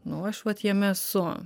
nu aš vat jame esu